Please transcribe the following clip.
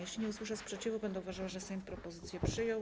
Jeśli nie usłyszę sprzeciwu, będę uważała, że Sejm propozycję przyjął.